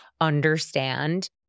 understand